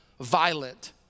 violent